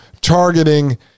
targeting